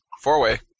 Four-way